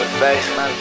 face